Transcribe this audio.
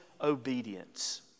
obedience